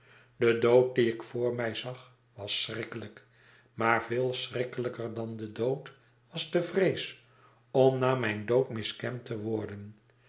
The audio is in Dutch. de dood dien ik voor mij zag was schrikkelijk maar veel schrikkelijker dan de dood was de vrees om na mijn dood miskend te worden